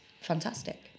fantastic